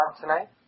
tonight